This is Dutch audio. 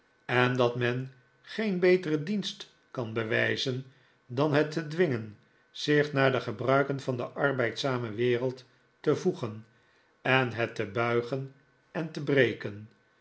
en dat men geen beteren dienst kan bewijzen dan het te dwingen zich naar de gebruiken van de arbeidzame wereld te voegen en het te buigen en te breken